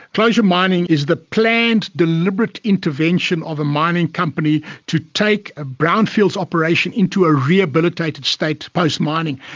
closure mining is the planned, deliberate intervention of a mining company to take a brownfields operation into a rehabilitated state post mining.